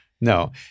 No